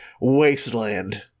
Wasteland